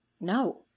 no